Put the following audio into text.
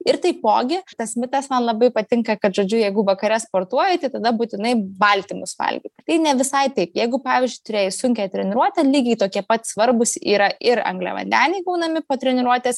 ir taipogi tas mitas man labai patinka kad žodžiu jeigu vakare sportuoji tai tada būtinai baltymus valgyk ne visai taip jeigu pavyzdžiui turėjai sunkią treniruotę lygiai tokie pat svarbūs yra ir angliavandeniai gaunami po treniruotės